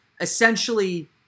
essentially